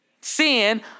Sin